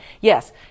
Yes